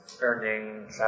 earning